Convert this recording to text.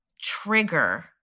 trigger